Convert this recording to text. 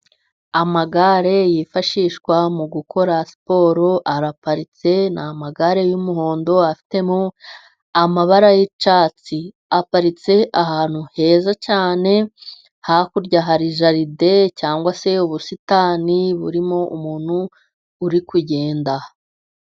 Amagare yifashishwa mu gukora siporo, araparitse, n'amagare y'umuhondo, afite mo amabara y'icyatsi, aparitse ahantu heza cyane. Hakurya hari jaride cyangwa se ubusitani, burimo umuntu uri kugenda.